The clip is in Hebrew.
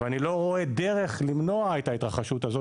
ואני לא רואה דרך למנוע את ההתרחשות הזאת,